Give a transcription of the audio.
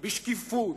בשקיפות,